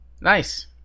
Nice